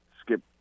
Skip